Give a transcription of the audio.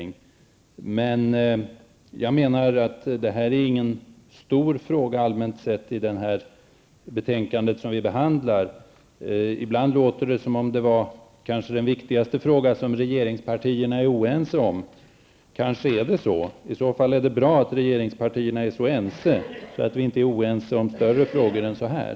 Jag menar emellertid att det här inte är någon stor fråga allmänt sett i det betänkande som vi nu behandlar. Ibland låter det som om det är den viktigaste fråga som regeringspartierna är oense om. Kanske är det så -- då är det bra att regeringspartierna är oense härvidlag, så att vi inte är oense om större frågor än den här.